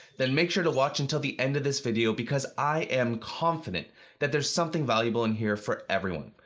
then make sure to watch until the end of this video because i am confident that there's something valuable in here for everyone.